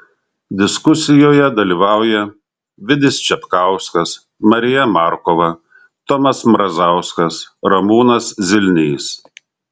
diskusijoje dalyvauja vidis čepkauskas marija markova tomas mrazauskas ramūnas zilnys